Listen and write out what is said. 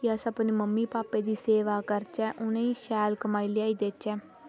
की अस अपने मम्मी भापै दी सेवा करचै उनें ई शैल कमाई लेआई देई आचै